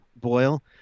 Boyle